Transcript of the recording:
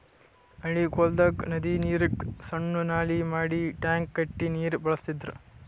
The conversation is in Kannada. ಹಳ್ಳಿಗೊಳ್ದಾಗ್ ನದಿ ನೀರಿಗ್ ಸಣ್ಣು ನಾಲಿ ಮಾಡಿ ಟ್ಯಾಂಕ್ ಕಟ್ಟಿ ನೀರ್ ಬಳಸ್ತಿದ್ರು